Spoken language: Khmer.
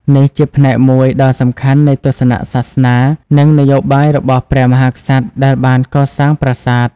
នេះជាផ្នែកមួយដ៏សំខាន់នៃទស្សនៈសាសនា និងនយោបាយរបស់ព្រះមហាក្សត្រដែលបានកសាងប្រាសាទ។